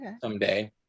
someday